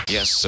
Yes